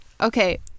Okay